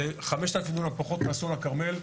זה 5,000 דונם פחות מאסון הכרמל,